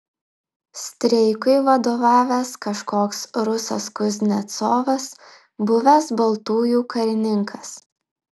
streikui vadovavęs kažkoks rusas kuznecovas buvęs baltųjų karininkas